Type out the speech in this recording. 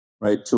right